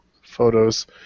photos